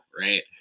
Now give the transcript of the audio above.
right